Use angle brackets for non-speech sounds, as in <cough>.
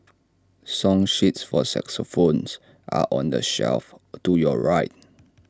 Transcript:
song sheets for <unintelligible> phones are on the shelf to your right